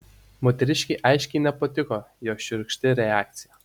moteriškei aiškiai nepatiko jo šiurkšti reakcija